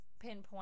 pinpoint